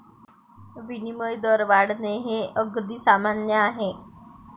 विनिमय दर वाढणे हे अगदी सामान्य आहे